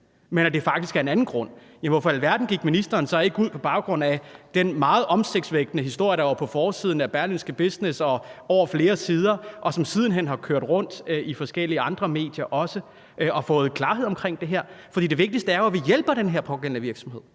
men at det faktisk er af en anden grund. Hvorfor i alverden gik ministeren så ikke ud på baggrund af den meget opsigtsvækkende historie, der var på forsiden af Berlingske Business og gik hen over flere sider, og som siden hen har kørt rundt i forskellige andre medier også, og fik klarhed omkring det her? Det vigtigste er jo, at vi hjælper den her pågældende virksomhed,